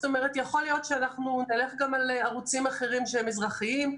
יכול להיות שנלך גם על ערוצים אחרים שהם אזרחיים,